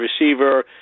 receiver